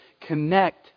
connect